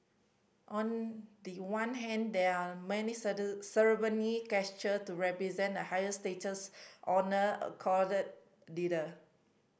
on the one hand there are many ceremony gesture to represent the highest status honour accorded a leader